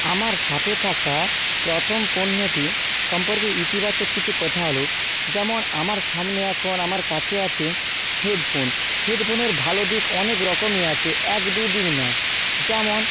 আমার সাথে থাকা প্রথম পণ্যটি সম্পর্কে ইতিবাচক কিছু কথা হল যেমন আমার সামনে এখন আমার কাছে আছে হেডফোন হেডফোনের ভালো দিক অনেক রকমই আছে এক দুদিক নয় যেমন